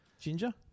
Ginger